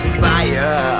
fire